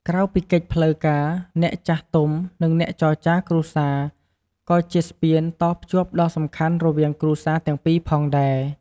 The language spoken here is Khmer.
ក្រៅពីកិច្ចផ្លូវការ អ្នកចាស់ទុំ និងអ្នកចរចារគ្រួសារ ក៏ជា ស្ពានតភ្ជាប់ដ៏សំខាន់ រវាងគ្រួសារទាំងពីរផងដែរ។